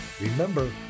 Remember